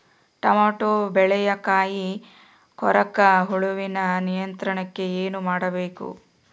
Tomato ಬೆಳೆಯ ಕಾಯಿ ಕೊರಕ ಹುಳುವಿನ ನಿಯಂತ್ರಣಕ್ಕೆ ಏನು ಮಾಡಬೇಕು?